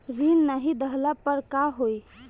ऋण नही दहला पर का होइ?